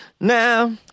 now